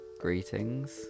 Greetings